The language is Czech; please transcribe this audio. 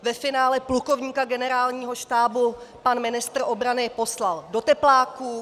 Ve finále plukovníka generálního štábu pan ministr obrany poslal do tepláků.